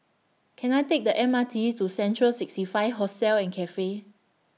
Can I Take The M R T to Central sixty five Hostel and Cafe